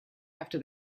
after